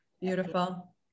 Beautiful